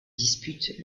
disputent